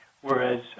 whereas